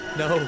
no